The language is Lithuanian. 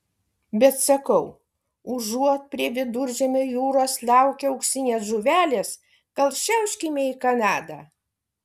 bet sakau užuot prie viduržemio jūros laukę auksinės žuvelės gal šiauškime į kanadą